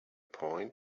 point